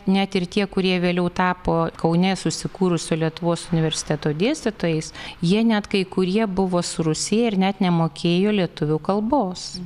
net ir tie kurie vėliau tapo kaune susikūrusio lietuvos universiteto dėstytojais jie net kai kurie buvo surusėję ir net nemokėjo lietuvių kalbos